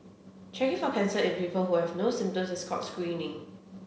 checking for cancer in people who have no symptoms is called screening